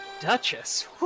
Duchess